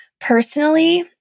personally